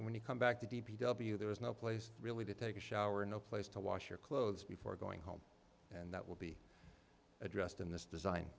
when you come back to d p w there is no place really to take a shower no place to wash your clothes before going home and that will be addressed in this design